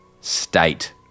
state